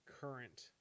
current